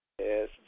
Yes